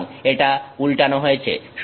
সুতরাং এটা উল্টানো হয়েছে